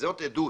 זאת עדות